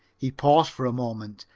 he paused for a moment,